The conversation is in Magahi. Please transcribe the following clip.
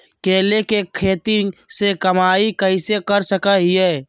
केले के खेती से कमाई कैसे कर सकय हयय?